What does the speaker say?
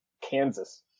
Kansas